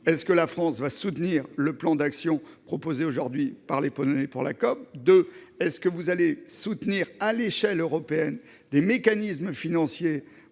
est-ce que la France va soutenir le plan d'action proposé aujourd'hui par les Polonais pour la COP ? Ensuite, est-ce que vous allez soutenir à l'échelon européen des mécanismes financiers